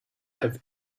have